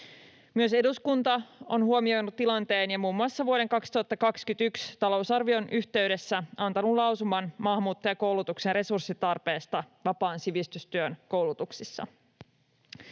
Myös eduskunta on huomioinut tilanteen ja muun muassa vuoden 2021 talousarvion yhteydessä antanut lausuman maahanmuuttajakoulutuksen resurssitarpeesta vapaan sivistystyön koulutuksissa.